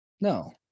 No